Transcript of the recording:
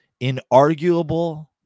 Inarguable